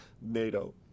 NATO